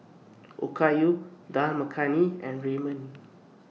Okayu Dal Makhani and Ramen